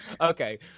Okay